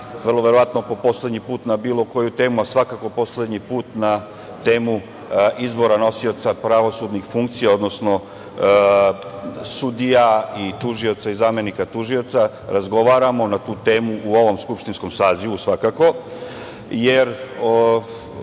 vrlo verovatno po poslednji put na bilo koju temu, a svakako poslednji put na temu izbora nosioca pravosudnih funkcija, odnosno sudija, tužioca i zamenika tužioca, razgovaramo na tu temu u ovom skupštinskom sazivu, svakako. Nakon